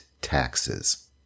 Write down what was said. taxes